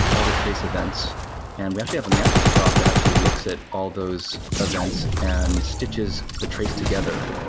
all the trace events and we actually have a mantis job that actually looks at all those events and stitches the trace together.